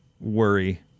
worry